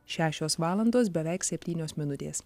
šešios valandos beveik septynios minutės